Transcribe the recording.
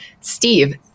Steve